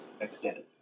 extended